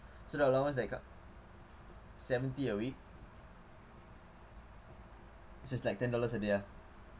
so the allowance that I g~ seventy a week which is like ten dollars a day lah